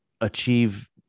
achieve